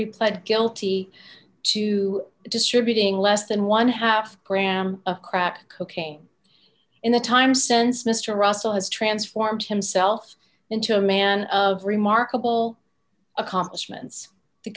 he pled guilty to distributing less than one half gram of crack cocaine in the time sense mr russell has transformed himself into a man of remarkable accomplishments the